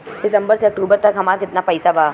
सितंबर से अक्टूबर तक हमार कितना पैसा बा?